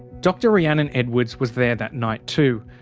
doctor rhiannon edwards, was there that night too.